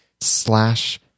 slash